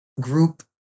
group